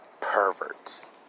perverts